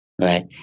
right